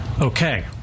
Okay